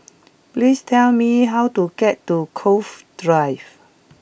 please tell me how to get to Cove Drive